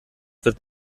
wird